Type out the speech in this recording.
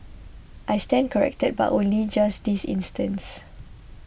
I stand corrected but only just this instance